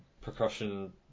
percussion